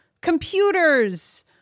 computers